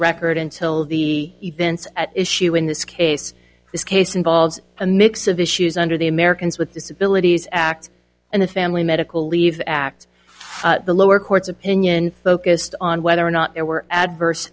record until the events at issue in this case this case involves a mix of issues under the americans with disabilities act and the family medical leave act the lower court's opinion focused on whether or not there were